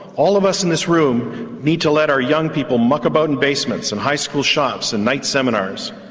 all of us in this room need to let our young people muck about in basements and high school shops and night seminars,